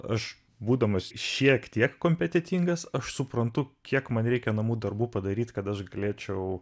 aš būdamas šiek tiek kompetentingas aš suprantu kiek man reikia namų darbų padaryt kad aš galėčiau